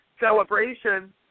celebration